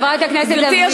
חברת הכנסת לביא,